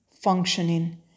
functioning